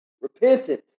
Repentance